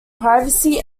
privacy